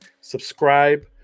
Subscribe